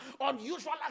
unusual